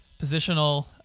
positional